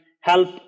help